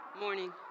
Morning